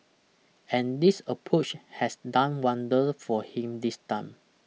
and this approach has done wonders for him this time